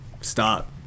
Stop